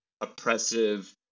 oppressive